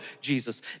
Jesus